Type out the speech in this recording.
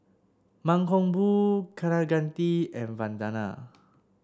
Mankombu Kaneganti and Vandana